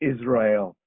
Israel